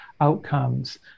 outcomes